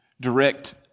direct